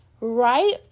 right